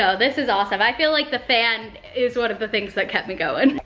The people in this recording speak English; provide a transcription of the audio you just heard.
so this is awesome. i feel like the fan is one of the things that kept me going.